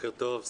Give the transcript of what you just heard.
בוקר טוב,